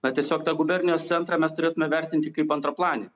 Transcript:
na tiesiog tą gubernijos centrą mes turėtume vertinti kaip antraplanį